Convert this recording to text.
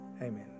Amen